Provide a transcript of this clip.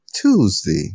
Tuesday